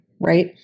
right